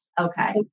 Okay